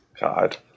God